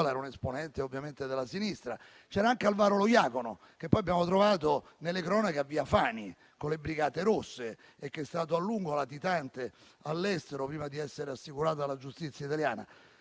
era un esponente della sinistra; c'era anche Alvaro Lojacono, che poi abbiamo trovato, secondo le cronache, a Via Fani, con le Brigate Rosse, e che è stato a lungo latitante all'estero, prima di essere assicurato alla giustizia italiana.